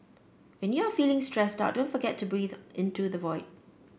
when you are feeling stressed out don't forget to breathe into the void